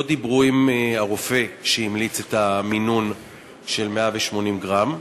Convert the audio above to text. לא דיברו עם הרופא שהמליץ על מינון של 180 גרם.